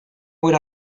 would